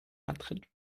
madrid